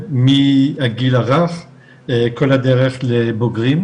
מהגיל הרך כל הדרך לבוגרים,